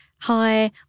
Hi